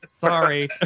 Sorry